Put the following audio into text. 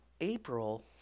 April